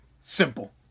Simple